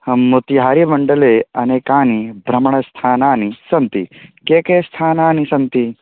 हं तिहारमण्डले अनेकानि भ्रमणस्थानानि सन्ति के के स्थानानि सन्ति